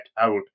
out